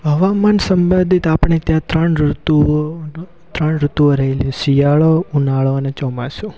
હવામાન સંબંધિત આપણે ત્યાં ત્રણ ઋતુઓનો ત્રણ ઋતુઓ રહેલી શિયાળો ઉનાળો અને ચોમાસું